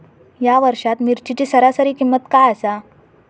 या वर्षात मिरचीची सरासरी किंमत काय आसा?